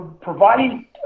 providing